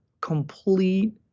complete